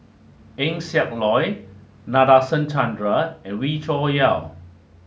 Eng Siak Loy Nadasen Chandra and Wee Cho Yaw